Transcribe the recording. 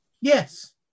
Yes